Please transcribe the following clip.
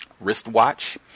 wristwatch